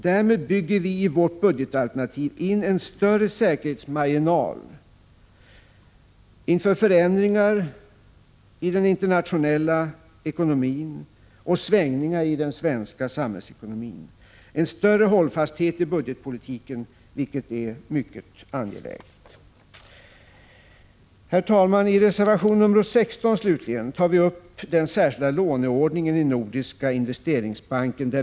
Därmed bygger vi i vårt budgetalternativ in en större säkerhetsmarginal inför förändringar i den internationella ekonomin och svängningar i samhällsekonomin, en större hållfasthet i budgetpolitiken, vilket är mycket angeläget. Herr talman! I reservation 16 slutligen tar vi upp den särskilda låneordningen i Nordiska investeringsbanken.